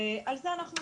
ועל זה אנחנו דנים.